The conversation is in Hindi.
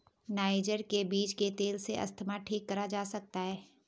नाइजर के बीज के तेल से अस्थमा ठीक करा जा सकता है